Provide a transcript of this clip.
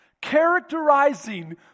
characterizing